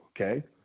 Okay